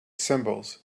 symbols